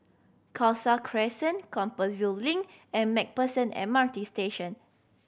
Khalsa Crescent Compassvale Link and Macpherson M R T Station